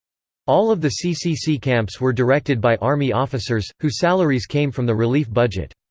all of the ccc camps were directed by army officers, who salaries came from the relief budget.